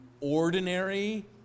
ordinary